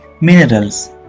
Minerals